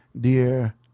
Dear